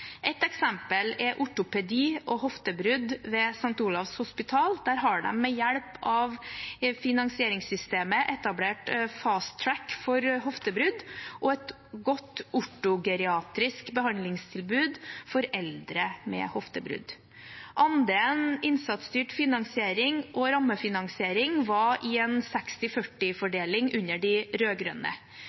Et eksempel er området ortopedi og hoftebrudd ved St. Olavs hospital. Der har man ved hjelp av finansieringssystemet etablert «fast track» for hoftebrudd og et godt ortogeriatrisk behandlingstilbud for eldre med hoftebrudd. Andelen innsatsstyrt finansiering og rammefinansiering var i en prosentvis 60/40-fordeling under de